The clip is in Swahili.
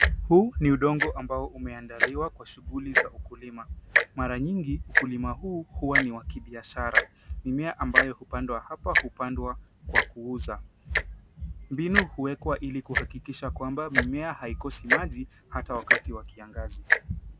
Huu ni udongo ambao umeandaliwa kwa shughuli za ukulima. Mara nyingi, ukulima huu huwa ni wa kibiashara. Mimea ambayo hupandwa hapa hupandwa kwa kuuza. Mbinu huekwa ili kuhakikisha kwamba mimea haikosi maji, hata wakati wa kiangazi.